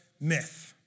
myth